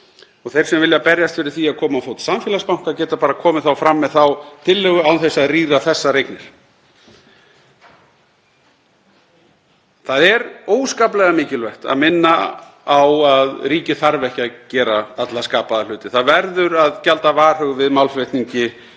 Þeir sem vilja berjast fyrir því að koma á fót samfélagsbanka geta bara komið fram með þá tillögu án þess að rýra þessar eignir. Það er óskaplega mikilvægt að minna á að ríkið þarf ekki að gera alla skapaða hluti. Það verður að gjalda varhuga við málflutningi þeirra